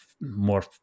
more